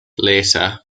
later